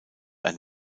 ein